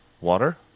water